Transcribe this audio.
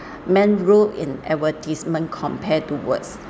main role in advertisement compared to words